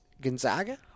Gonzaga